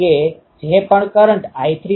અને આ અન્ય શરત તમને આપે છે કે d૦ cos 2૦ ± ±2